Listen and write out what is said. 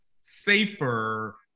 safer